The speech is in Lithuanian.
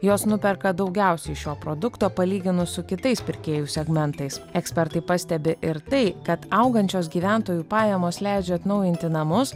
jos nuperka daugiausiai šio produkto palyginus su kitais pirkėjų segmentais ekspertai pastebi ir tai kad augančios gyventojų pajamos leidžia atnaujinti namus